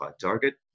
target